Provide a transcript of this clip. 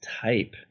type